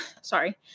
sorry